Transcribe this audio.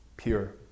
pure